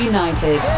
United